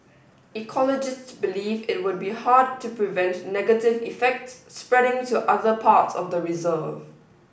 ecologists believe it would be hard to prevent negative effects spreading to other parts of the reserve